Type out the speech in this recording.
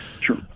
sure